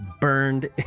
burned